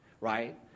Right